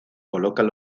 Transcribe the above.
colocan